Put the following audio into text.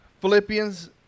Philippians